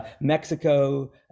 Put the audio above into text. Mexico